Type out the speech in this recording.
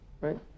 right